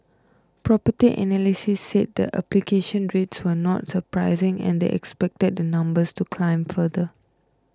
Property Analysts said the application rates were not surprising and they expected the numbers to climb further